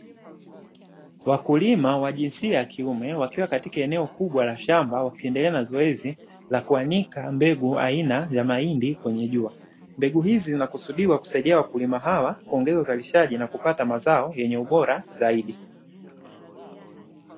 Wakulima wa jinsia ya kiume wakiwa katika eneo kubwa la shamba wakiendelea na zoezi la kuanika mbegu aina ya mahindi kwenye jua. Mbegu hizi zinakusudiwa kusaidia wakulima hawa kuongeza uzalishaji na kupata mazao yenye ubora zaidi.